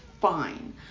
fine